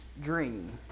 dream